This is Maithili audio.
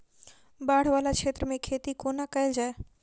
बाढ़ वला क्षेत्र मे खेती कोना कैल जाय?